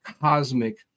cosmic